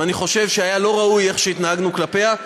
ואני חושב שהיה לא ראוי איך שהתנהגנו כלפיה.